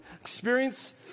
experience